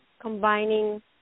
combining